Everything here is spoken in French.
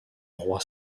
roi